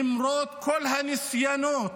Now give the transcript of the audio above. למרות כל הניסיונות